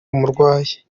umurwayi